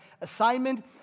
assignment